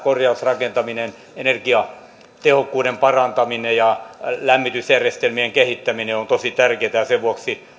korjausrakentaminen energiatehokkuuden parantaminen ja lämmitysjärjestelmien kehittäminen ovat tosi tärkeitä sen vuoksi